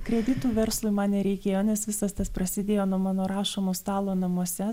kreditų verslui man nereikėjo nes visas tas prasidėjo nuo mano rašomo stalo namuose